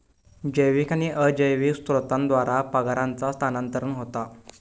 जैविक आणि अजैविक स्त्रोतांद्वारा परागांचा स्थानांतरण होता